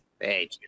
Hey